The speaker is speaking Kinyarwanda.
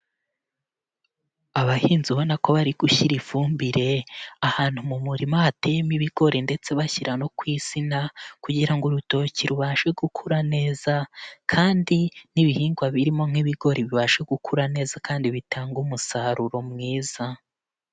Abahinzi ubona ko bari gushyira ifumbire, ahantu mu murima hateyemo ibigori ndetse bashyira no ku insina, kugira ngo urutoki rubashe gukura neza kandi n'ibihingwa birimo n'ibigori bibashe gukura neza kandi bitange umusaruro mwiza.